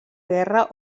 guerra